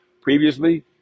previously